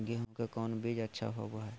गेंहू के कौन बीज अच्छा होबो हाय?